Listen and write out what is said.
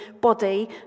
body